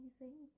amazing